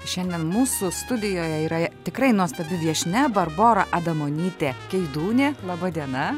šiandien mūsų studijoje yra tikrai nuostabi viešnia barbora adamonytė keidūnė laba diena